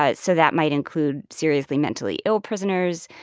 ah so that might include seriously mentally-ill prisoners.